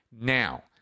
Now